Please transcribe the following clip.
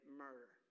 murder